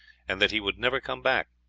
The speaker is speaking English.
and that he would never come back.